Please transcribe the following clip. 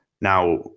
Now